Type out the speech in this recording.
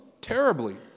terribly